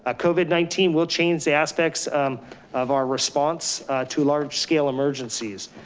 ah covid nineteen will change the aspects of our response to large scale emergencies.